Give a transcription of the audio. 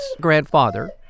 grandfather